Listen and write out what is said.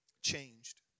changed